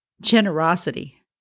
generosity